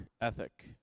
ethic